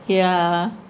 yeah